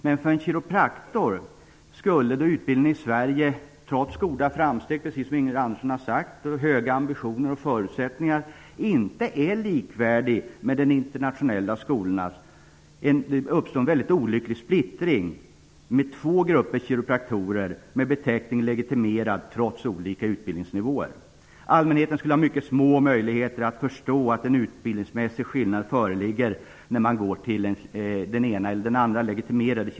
Men kiropraktorernas utbildning i Sverige är, trots goda framsteg och höga ambitioner, inte likvärdig med de internationella skolornas utbildning. Det uppstår en väldigt olycklig splittring, med två grupper kiropraktorer med beteckning legitimerad trots olika utbildningsnivåer. Allmänheten skulle ha mycket små möjligheter att förstå att en utbildningsmässig skillnad föreligger.